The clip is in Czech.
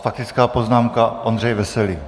Faktická poznámka Ondřej Veselý.